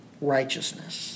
Righteousness